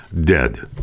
dead